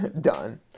done